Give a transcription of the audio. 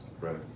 right